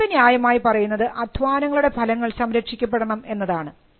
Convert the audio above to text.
മൂന്നാമത്തെ ന്യായമായി പറയുന്നത് അധ്വാനങ്ങളുടെ ഫലങ്ങൾ സംരക്ഷിക്കപ്പെടണം എന്നതാണ്